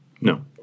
No